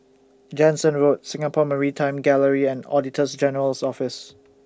Jansen Road Singapore Maritime Gallery and Auditors General's Office